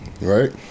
right